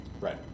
Right